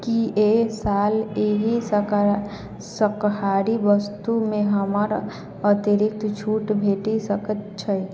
की एहि साल एहि शाकहारी वस्तु मे हमरा अतिरिक्त छूट भेटि सकैत अछि